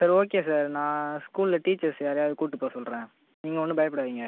சரி okay sir நான் ஸ்கூல்ல டீச்சர்ஸ் யாராவது கூப்பிட்டுப்போ சொல்கிறேன் நீங்கள் ஒன்றும் பயப்படாதீங்க